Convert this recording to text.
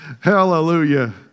Hallelujah